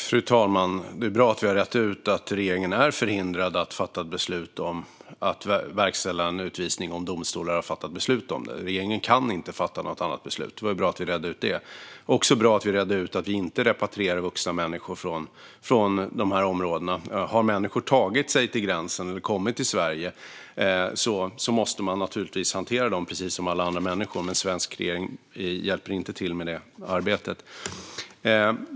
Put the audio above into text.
Fru talman! Det är bra att vi har rett ut att regeringen är förhindrad att fatta beslut om att verkställa en utvisning om domstolar har fattat beslut om det. Regeringen kan inte fatta något annat beslut. Det var bra att vi redde ut det. Det är också bra att vi redde ut att vi inte repatrierar vuxna människor från de här områdena. Har människor tagit sig till gränsen eller kommit till Sverige måste vi naturligtvis hantera dem precis som alla andra människor, men svensk regering hjälper inte till med det arbetet.